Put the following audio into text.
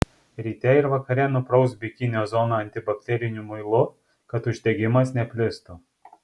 ryte ir vakare nuprausk bikinio zoną antibakteriniu muilu kad uždegimas neplistų